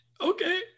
Okay